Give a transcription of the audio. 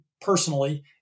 personally